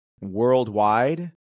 worldwide